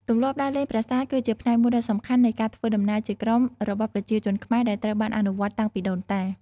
ទម្លាប់ដើរលេងប្រាសាទគឺជាផ្នែកមួយដ៏សំខាន់នៃការធ្វើដំណើរជាក្រុមរបស់ប្រជាជនខ្មែរ ដែលត្រូវបានអនុវត្តតាំងពីដូនតា។